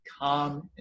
calm